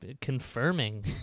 confirming